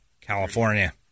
California